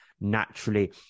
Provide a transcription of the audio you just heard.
naturally